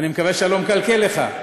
אני מקווה שאני לא מקלקל לך.